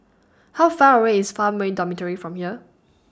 How Far away IS Farmway Dormitory from here